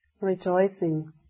rejoicing